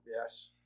Yes